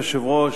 אדוני היושב-ראש,